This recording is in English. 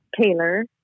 Taylor